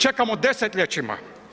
Čekamo desetljećima.